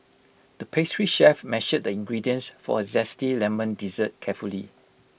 the pastry chef measured the ingredients for A Zesty Lemon Dessert carefully